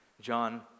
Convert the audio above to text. John